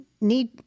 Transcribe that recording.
need